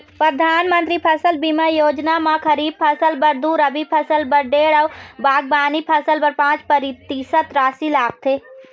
परधानमंतरी फसल बीमा योजना म खरीफ फसल बर दू, रबी फसल बर डेढ़ अउ बागबानी फसल बर पाँच परतिसत रासि लागथे